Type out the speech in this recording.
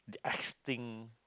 extinct